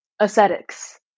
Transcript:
ascetics